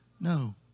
No